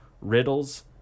Riddles